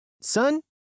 Son